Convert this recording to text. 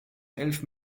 elf